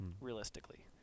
realistically